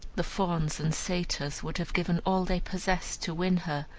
the fauns and satyrs would have given all they possessed to win her,